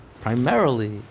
primarily